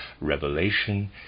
revelation